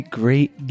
great